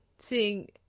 seeing